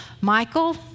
Michael